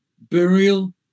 burial